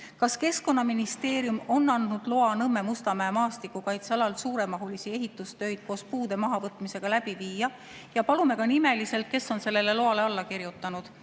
Kas Keskkonnaministeerium on andnud loa Nõmme–Mustamäe maastikukaitsealal suuremahulisi ehitustöid koos puude mahavõtmisega läbi viia? Palume ka nimeliselt, kes on sellele loale alla kirjutanud.